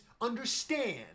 understand